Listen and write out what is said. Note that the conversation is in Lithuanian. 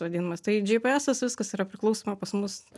vadinamas tai džipiesas viskas yra priklausoma pas mus